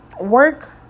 Work